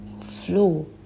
flow